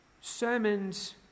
sermons